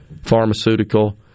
pharmaceutical